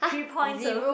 three points